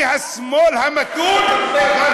"אני השמאל המתון" תדבר רק על קמפיין,